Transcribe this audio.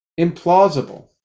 implausible